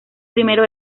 primero